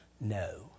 No